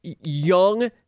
young